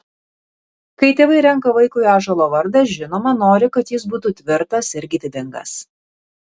kai tėvai renka vaikui ąžuolo vardą žinoma nori kad jis būtų tvirtas ir gyvybingas